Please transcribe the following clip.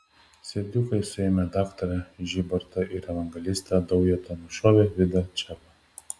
serdiukai suėmė daktarą žybartą ir evangelistą daujotą nušovė vidą čepą